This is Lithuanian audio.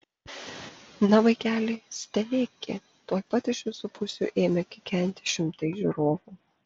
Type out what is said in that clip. na vaikeli stenėk gi tuoj pat iš visų pusių ėmė kikenti šimtai žiūrovų